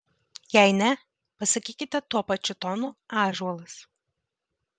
jei ne pasakykite tuo pačiu tonu ąžuolas